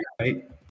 right